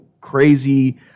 crazy